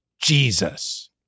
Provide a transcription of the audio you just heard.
Jesus